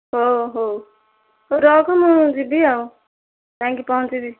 ଓହୋ ହଉ ରଖ ମୁଁ ଯିବି ଆଉ ଯାଇକି ପହଞ୍ଚିବି